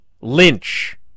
Lynch